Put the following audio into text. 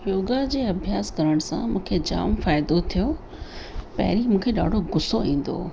योगा जे अभ्यासु करण सां मूंखे जाम फ़इदो थियो पहिरीं मूंखे ॾाढो गुस्सो ईंदो हो